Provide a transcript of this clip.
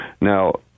Now